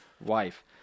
wife